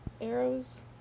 arrows